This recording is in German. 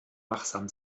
wachsam